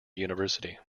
university